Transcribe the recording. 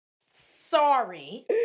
Sorry